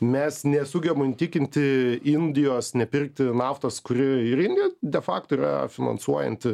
mes nesugebam įtikinti indijos nepirkti naftos kuri ir indija de fakto yra finansuojanti